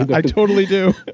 i totally do.